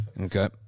Okay